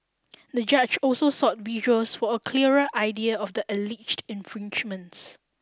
the judge also sought visuals for a clearer idea of the alleged infringements